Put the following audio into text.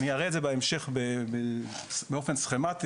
אני אראה את זה בהמשך באופן סכמתי,